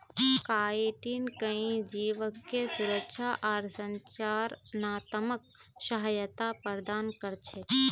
chitin कई जीवके सुरक्षा आर संरचनात्मक सहायता प्रदान कर छेक